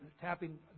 tapping